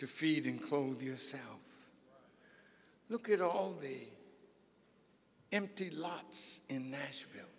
to feed and clothe yourself look at all the empty lots in nashville